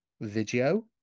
video